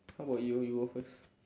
how about you you go first